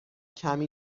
کمی